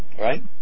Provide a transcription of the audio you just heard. Right